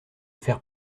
faire